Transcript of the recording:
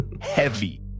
heavy